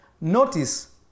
Notice